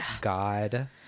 God